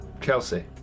Chelsea